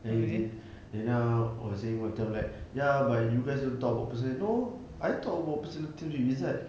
then you did zina was saying macam like ya but you guys don't talk about personal no I talk about personal things to izat